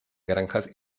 granjas